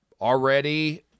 already